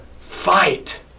fight